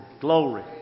Glory